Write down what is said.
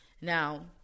Now